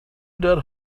dead